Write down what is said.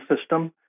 system